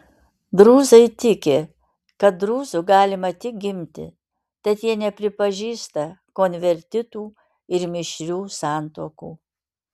drūzai tiki kad drūzu galima tik gimti tad jie nepripažįsta konvertitų ir mišrių santuokų